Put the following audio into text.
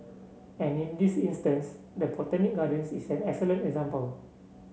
and in this instance the Botanic Gardens is an excellent example